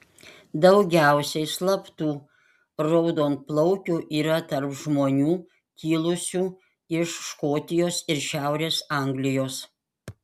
daugiausiai slaptų raudonplaukių yra tarp žmonių kilusių iš škotijos ir šiaurės anglijos